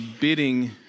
bidding